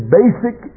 basic